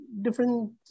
different